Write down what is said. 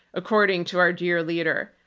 according to our dear leader.